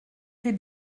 fait